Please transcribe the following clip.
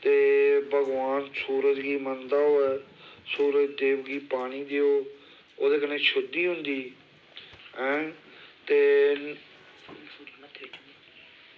ते भगवान सूरज गी मन्नदा होऐ सूरज देव गी पानी देओ ओह्दे कन्नै शुद्धि होंदी ऐं ते